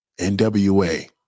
NWA